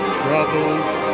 troubles